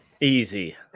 Easy